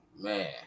Man